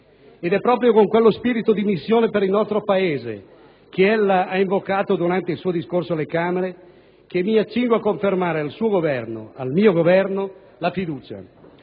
Ed è proprio con quello spirito di missione per il nostro Paese, che ella ha invocato durante il suo discorso alle Camere, che mi accingo a confermare al suo Governo, al mio Governo, la fiducia,